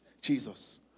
Jesus